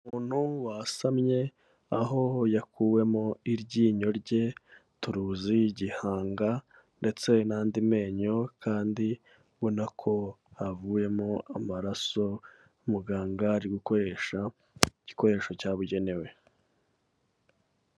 Umuntu wasamye, aho yakuwemo iryinyo rye, turuzi gihanga ndetse n'andi menyo kandi ubona ko havuyemo amaraso, muganga ari gukoresha igikoresho cyabugenewe.